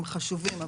הם חשובים,